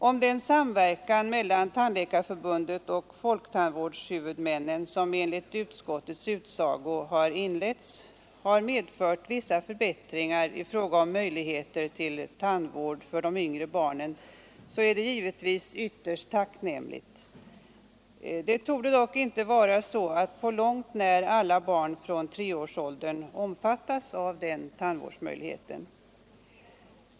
Om den samverkan mellan Tandläkarförbundet och folktandvårdshuvudmännen, som enligt utskottets utsago har inletts, har medfört vissa förbättringar i fråga om möjligheter till tandvård för de yngre barnen är det givetvis ytterst tacknämligt. Det torde dock inte vara så att på långt när alla barn från treårsåldern omfattas av den tandvårdsmöjligheten.